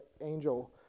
angel